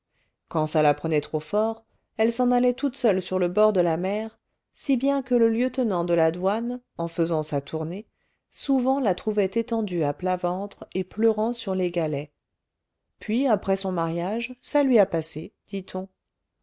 quand ça la prenait trop fort elle s'en allait toute seule sur le bord de la mer si bien que le lieutenant de la douane en faisant sa tournée souvent la trouvait étendue à plat ventre et pleurant sur les galets puis après son mariage ça lui a passé dit-on